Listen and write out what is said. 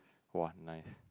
!wah! nice